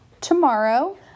tomorrow